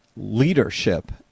leadership